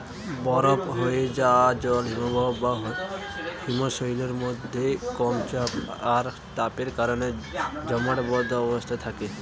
বরফ হোয়ে যায়া জল হিমবাহ বা হিমশৈলের মধ্যে কম চাপ আর তাপের কারণে জমাটবদ্ধ অবস্থায় থাকে